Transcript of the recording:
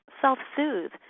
self-soothe